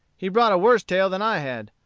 he brought a worse tale than i had,